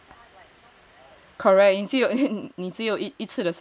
correct 你只有一次的生命 you only live once man